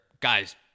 guys